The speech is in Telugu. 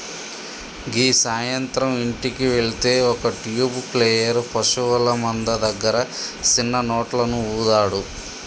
గీ సాయంత్రం ఇంటికి వెళ్తే ఒక ట్యూబ్ ప్లేయర్ పశువుల మంద దగ్గర సిన్న నోట్లను ఊదాడు